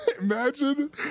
imagine